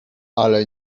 ale